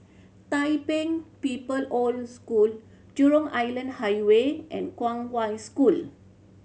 Tai Pei People Old School Jurong Island Highway and Kong Hwa School